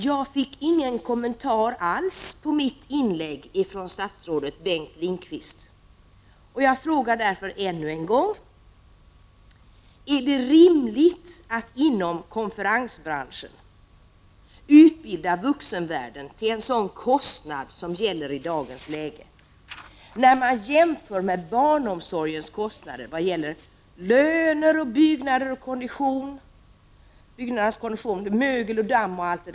Herr talman! Statsrådet Bengt Lindqvist kommenterade över huvud taget inte mitt inlägg. Jag frågar därför ännu en gång: Är det rimligt att inom konferensbranschen utbilda vuxenvärlden till den kostnad som gäller i dagens läge? När man jämför med barnomsorgens kostnader vad gäller löner, byggnader, byggnadernas kondition — mögel, damm etc.